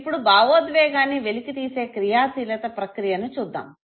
ఇప్పుడు భావోద్వేగాన్ని వెలికితీసే క్రియాశీలత ప్రక్రియను చూద్దాము